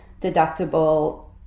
deductible